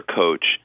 coach